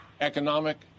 economic